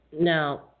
Now